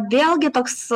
vėlgi toks